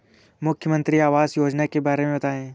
मुख्यमंत्री आवास योजना के बारे में बताए?